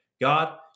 God